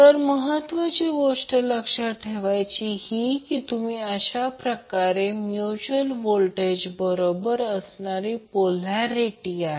तर महत्त्वाची गोष्ट लक्षात ठेवायची आहे की तुम्ही कशा प्रकारे म्यूच्यूअल व्होल्टेज बरोबर असणारी पोल्यारीटी आहे